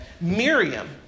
Miriam